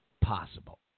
possible